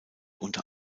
unter